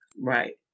Right